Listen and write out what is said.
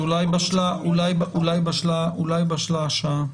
אז אולי בשלה השעה.